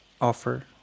offer